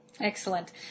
Excellent